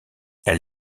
elle